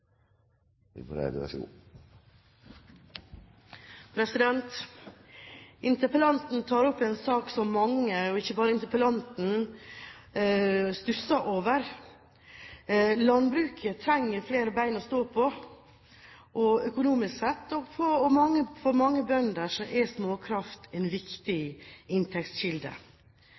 Interpellanten tar opp en sak som mange, ikke bare interpellanten, stusser over. Landbruket trenger flere ben å stå på økonomisk sett, og for mange bønder er småkraft en viktig inntektskilde.